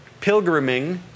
pilgriming